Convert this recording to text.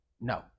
No